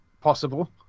Possible